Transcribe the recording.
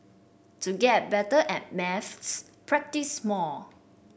to get better at maths practise more